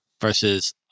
versus